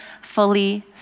fully